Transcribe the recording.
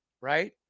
Right